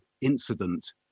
incident